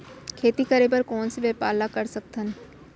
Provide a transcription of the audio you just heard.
खेती करे बर कोन से व्यापार ला कर सकथन?